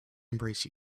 embrace